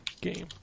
game